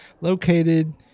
located